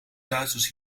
duitsers